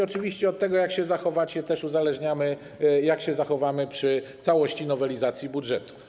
Oczywiście od tego, jak się zachowacie, uzależniamy, jak się zachowamy przy całości nowelizacji budżetu.